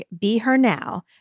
BeHerNow